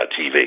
TV